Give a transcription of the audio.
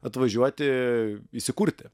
atvažiuoti įsikurti